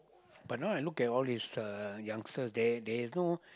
but now I look at all these uh youngster there there is no